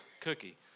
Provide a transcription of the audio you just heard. cookie